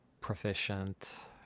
proficient